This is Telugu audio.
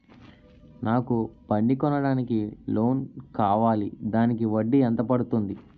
నాకు బండి కొనడానికి లోన్ కావాలిదానికి వడ్డీ ఎంత పడుతుంది?